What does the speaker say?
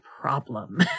problem